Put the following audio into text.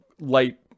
light